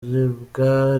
ibiribwa